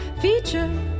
Feature